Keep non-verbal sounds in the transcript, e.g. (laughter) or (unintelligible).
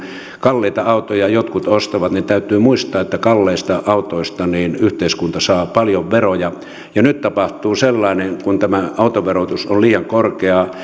kalliita autoja jotkut ostavat niin täytyy muistaa että kalliista autoista yhteiskunta saa paljon veroja jo nyt tapahtuu sellainen että kun tämä autoverotus on liian korkea (unintelligible)